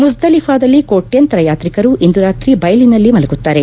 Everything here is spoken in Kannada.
ಮುಜ್ದಲಿಫಾದಲ್ಲಿ ಕೋಟ್ಯಂತರ ಯಾತ್ರಿಕರು ಇಂದು ರಾತ್ರಿ ಬಯಲಿನಲ್ಲಿ ಮಲಗುತ್ತಾರೆ